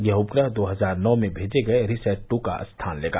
यह उपग्रह दो हजार नौ में भेजे गए रिसैट टू का स्थान लेगा